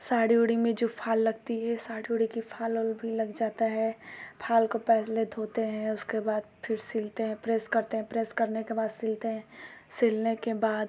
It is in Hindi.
साड़ी ओड़ी में जो फाल लगती है साड़ी ओड़ी की फाल ओल भी लग जाता है फाल को पहले धोते हैं उसके बाद फिर सिलते हैं प्रेस करते हैं प्रेस करने के बाद सिलते हैं सिलने के बाद